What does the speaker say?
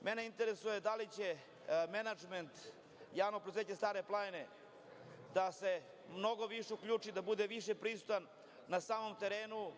mene interesuje da li će menadžment Javnog preduzeća „Stara planine“ da se mnogo više uključi, da bude više prisutan na samom terenu,